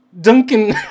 Duncan